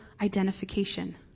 identification